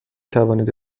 توانید